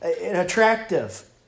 attractive